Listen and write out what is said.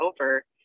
over